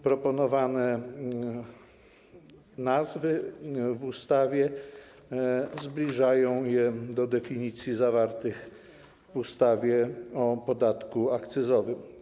Proponowane nazwy w ustawie zbliżają je do definicji zawartych w ustawie o podatku akcyzowym.